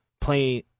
playing –